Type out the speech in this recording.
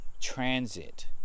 transit